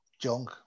junk